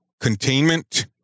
containment